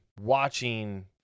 watching